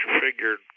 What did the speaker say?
figured